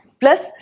Plus